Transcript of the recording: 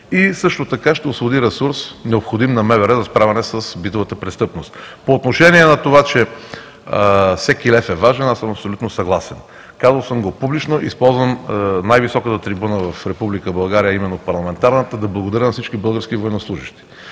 и също така ще осигури ресурс, необходим на МВР за справяне с битовата престъпност. По отношение на това, че всеки лев е важен, аз съм абсолютно съгласен. Казал съм го публично, използвам най-високата трибуна в Република България, а именно парламентарната, да благодаря на всички български военнослужещи,